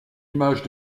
image